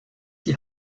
die